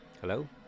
Hello